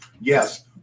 Yes